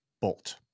bolt